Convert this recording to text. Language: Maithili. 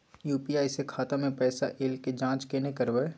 यु.पी.आई स खाता मे पैसा ऐल के जाँच केने करबै?